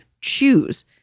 choose